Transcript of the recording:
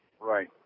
Right